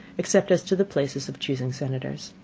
except as to the places of chusing senators.